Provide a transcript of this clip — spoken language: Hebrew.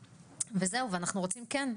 וזהו ואנחנו רוצים כן,